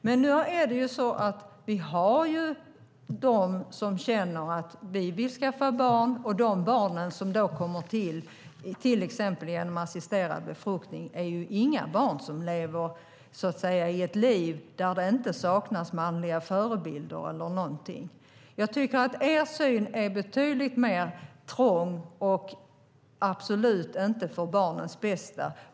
Men det finns de som vill skaffa barn, och de barn som kommer till genom till exempel assisterad befruktning är inte barn som lever ett liv där det saknas manliga förebilder. Jag tycker att er syn är betydligt mer trång, och den är absolut inte för barnens bästa.